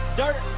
dirt